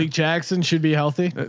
like jackson should be healthy.